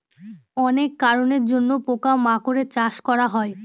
অনেক কারনের জন্য পোকা মাকড়ের চাষ করা হয়